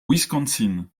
wisconsin